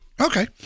Okay